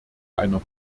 einer